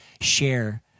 share